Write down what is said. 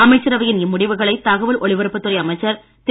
அமைச்சரவையின் இம் முடிவுகளை தகவல் ஒலிபரப்புத் துறை அமைச்சர் திரு